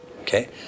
Okay